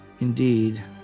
indeed